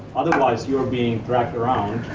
otherwise you're being dragged around